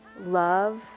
love